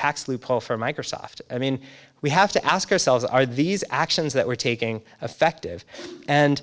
tax loophole for microsoft i mean we have to ask ourselves are these actions that we're taking effective and